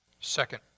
Second